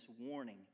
warning